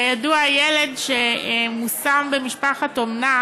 כידוע, ילד שמושם במשפחת אומנה